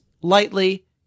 lightly